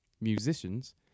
musicians